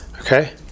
Okay